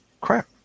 crap